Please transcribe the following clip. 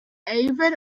avid